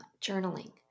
journaling